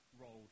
rolled